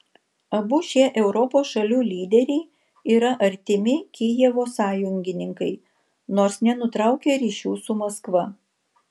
abu šie europos šalių lyderiai yra artimi kijevo sąjungininkai nors nenutraukia ryšių su maskva